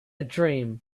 dream